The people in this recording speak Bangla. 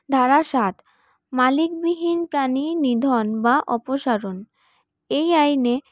ধারা সাত মালিকবিহীন প্রাণী নিধন বা অপসারণ এই আইনে